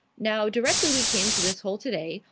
now, directly we came to this hole today,